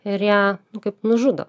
ir ją kaip nužudo